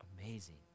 amazing